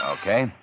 Okay